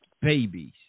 babies